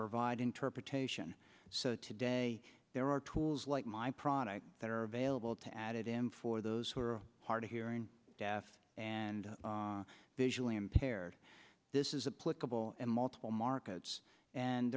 provide interpretation so today there are tools like my products that are available to add it in for those who are hard of hearing deaf and visually impaired this is a political and multiple markets and